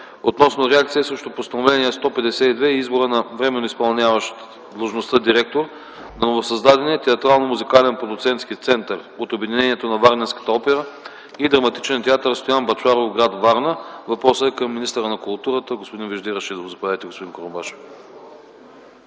относно реакция срещу Постановление № 152 и избора на временно изпълняващ длъжността директор на новосъздадения Театрално-музикален продуцентски център от обединението на Варненската опера и Драматичен театър „Стоян Бъчваров” в гр. Варна. Въпросът е към министъра на културата господин Вежди Рашидов. Заповядайте, господин Курумбашев.